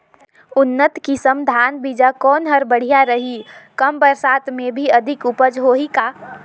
उन्नत किसम धान बीजा कौन हर बढ़िया रही? कम बरसात मे भी अधिक उपज होही का?